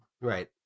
Right